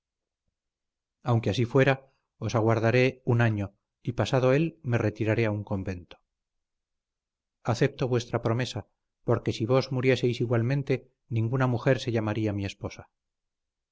aunque así fuera os aguardaré un año y pasado él me retiraré a un convento acepto vuestra promesa porque si vos murieseis igualmente ninguna mujer se llamaría mi esposa